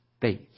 faith